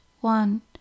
one